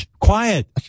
quiet